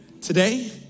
Today